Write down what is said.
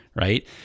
right